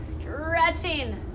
stretching